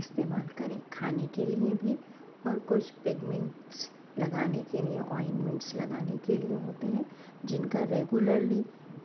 استعمال کریں کھانے کے لیے بھی اور کچھ پیگمنٹس لگانے کے لیے آئنمنٹس لگانے کے لیے ہوتے ہیں جن کا ریگولرلی